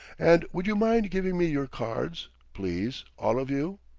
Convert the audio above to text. and would you mind giving me your cards, please, all of you?